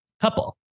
couple